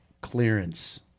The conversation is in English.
clearance